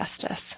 justice